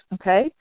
okay